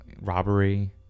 robbery